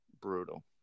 brutal